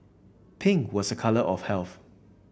pink was a colour of health